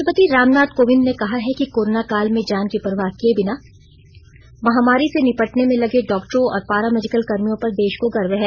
राष्ट्रपति रामनाथ कोविंद ने कहा है कि कोरोना काल में जान की परवाह किए बिना महामारी से निपटने में लगे डॉक्टरों और पारा मेडिकल कर्मियों पर देश को गर्व है